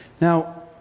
Now